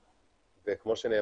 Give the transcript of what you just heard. אבל על